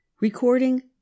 Recording